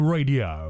Radio